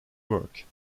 work